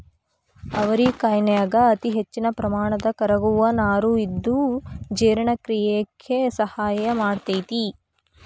ಅವರಿಕಾಯನ್ಯಾಗ ಅತಿಹೆಚ್ಚಿನ ಪ್ರಮಾಣದ ಕರಗುವ ನಾರು ಇದ್ದು ಜೇರ್ಣಕ್ರಿಯೆಕ ಸಹಾಯ ಮಾಡ್ತೆತಿ